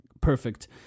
perfect